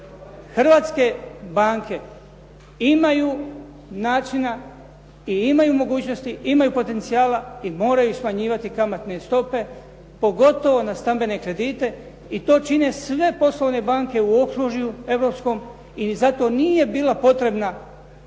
Hrvatske banke imaju načina i imaju mogućnosti, imaju potencijala i moraju smanjivati kamatne stope pogotovo na stambene kredite i to čine sve poslovne banke u okružju europskom i zato nije bila potrebna